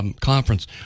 conference